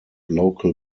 local